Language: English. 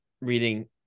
reading